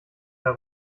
herr